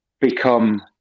become